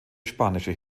spanische